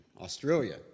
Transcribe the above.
Australia